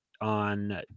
on